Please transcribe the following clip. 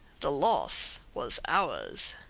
the loss was ours.